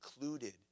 included